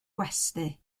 gwesty